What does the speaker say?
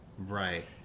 Right